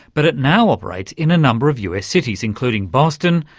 but it now operates in a number of us cities including boston,